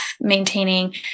maintaining